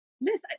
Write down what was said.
Miss